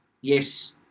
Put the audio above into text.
yes